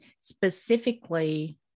specifically